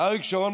אריק שרון,